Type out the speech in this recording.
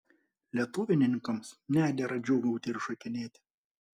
lietuvininkams nedera džiūgauti ir šokinėti